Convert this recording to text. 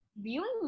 viewing